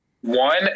one